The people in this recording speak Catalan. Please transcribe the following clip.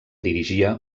dirigia